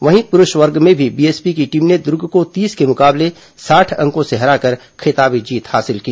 वहीं पुरूष वर्ग में भी बीएसपी की टीम ने दुर्ग को तीस के मुकाबले साठ अंकों से हराकर खिताबी जीत हासिल की